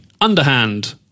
underhand